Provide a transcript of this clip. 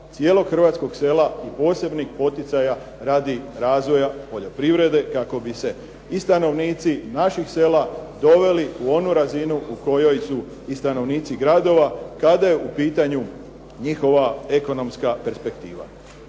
cijelog hrvatskog sela i posebnih poticaja radi razvoja u poljoprivrede kako bi se i stanovnici našeg sela doveli u onu razinu u kojoj su i stanovnici gradova kada je u pitanju njihova ekonomska perspektiva.